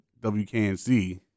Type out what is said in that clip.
WKNC